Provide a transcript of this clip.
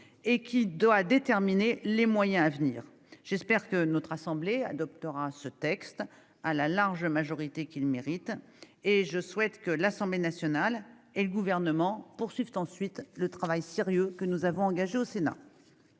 et qui doit déterminer les moyens à venir. J'espère que notre assemblée adoptera ce texte à la large majorité qu'il mérite, et je souhaite que l'Assemblée nationale et le Gouvernement poursuivent ensuite le travail sérieux engagé par le Sénat.